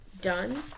done